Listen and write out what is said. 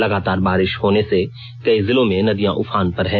लगातार बारिश होने से कई जिलों में नदियां उफान पर हैं